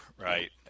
right